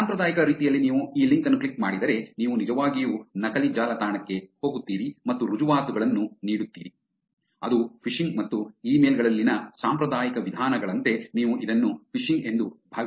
ಸಾಂಪ್ರದಾಯಿಕ ರೀತಿಯಲ್ಲಿ ನೀವು ಈ ಲಿಂಕ್ ಅನ್ನು ಕ್ಲಿಕ್ ಮಾಡಿದರೆ ನೀವು ನಿಜವಾಗಿಯೂ ನಕಲಿ ಜಾಲತಾಣಕ್ಕೆ ಹೋಗುತ್ತೀರಿ ಮತ್ತು ರುಜುವಾತುಗಳನ್ನು ನೀಡುತ್ತೀರಿ ಅದು ಫಿಶಿಂಗ್ ಮತ್ತು ಇಮೇಲ್ ಗಳಲ್ಲಿನ ಸಾಂಪ್ರದಾಯಿಕ ವಿಧಾನಗಳಂತೆ ನೀವು ಇದನ್ನು ಫಿಶಿಂಗ್ ಎಂದು ಭಾವಿಸಬಹುದು